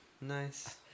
Nice